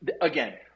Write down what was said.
again